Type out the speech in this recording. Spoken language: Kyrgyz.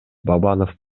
бабанов